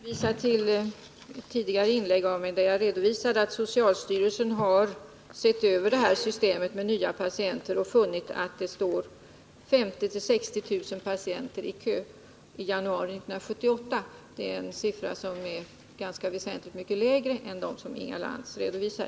Herr talman! Jag hänvisar till tidigare inlägg, där jag redovisat att socialstyrelsen har sett över det här systemet med nya patienter och funnit att det i januari 1978 stod 50 000-60 000 patienter i kö. Det är väsentligt lägre siffror än vad Inga Lantz redovisar.